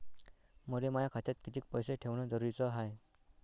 मले माया खात्यात कितीक पैसे ठेवण जरुरीच हाय?